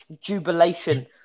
jubilation